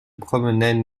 promenaient